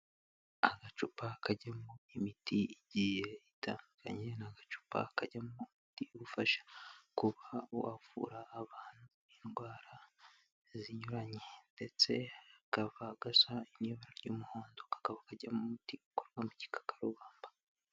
Agacupa kajyamo imiti igiye itandukanye ni agacupa kajyamo umuti ufasha kuba wavura abantu indwara zinyuranye, ndetse kaba gasa ibara ry'umuhondo kakaba kajyamo umuti ukorwa mu gikakarubamba.